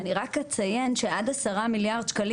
אני רק אציין שעד 10 מיליארד שקלים